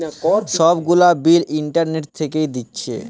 সব গুলা bill internet থিকে দিচ্ছে